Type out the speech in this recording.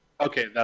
Okay